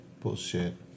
Bullshit